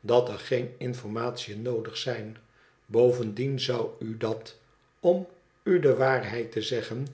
dat er geen mformatiën noodig zijn bovendien zou u dat omude waarheid te zeggen